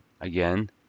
again